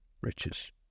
riches